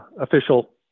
official